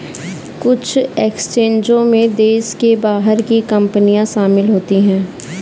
कुछ एक्सचेंजों में देश के बाहर की कंपनियां शामिल होती हैं